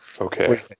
Okay